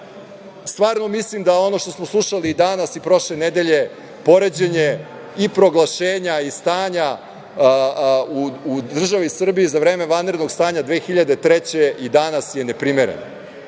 hvala. Stvarno mislim da ono što smo slušali danas i prošle nedelje, poređenje i proglašenja i stanja u državi Srbiji za vreme vanrednog stanja 2003. godine i danas je neprimereno